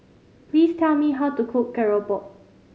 please tell me how to cook keropok